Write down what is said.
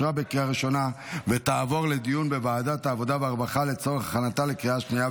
לוועדת העבודה והרווחה נתקבלה.